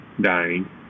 dying